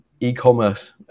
e-commerce